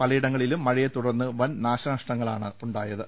പലയിടങ്ങ ളിലും മഴയെ തുടർന്ന് വൻ നാശനഷ്ടങ്ങളാണ് ഉണ്ടായത്